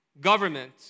government